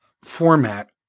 format